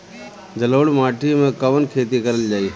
जलोढ़ माटी में कवन खेती करल जाई?